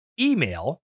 email